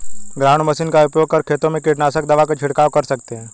ground machine का उपयोग कर खेतों में कीटनाशक दवा का झिड़काव कर सकते है